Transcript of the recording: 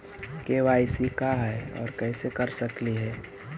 KYC का है, और कैसे कर सकली हे?